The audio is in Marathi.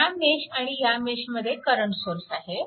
ह्या मेश आणि ह्या मेशमध्ये करंट सोर्स आहे